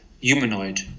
humanoid